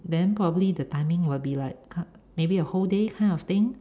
then probably the timing will be like come maybe a whole day kind of thing